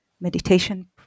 meditation